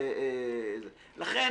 לכן,